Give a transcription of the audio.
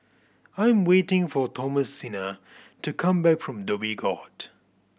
I'm waiting for Thomasina to come back from Dhoby Ghaut